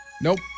Nope